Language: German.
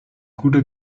guter